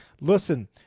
Listen